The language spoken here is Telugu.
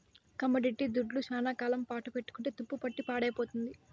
కమోడిటీ దుడ్లు శ్యానా కాలం పాటు పెట్టుకుంటే తుప్పుపట్టి పాడైపోతుంది